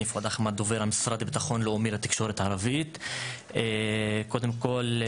קודם כול,